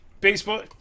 Baseball